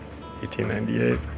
1898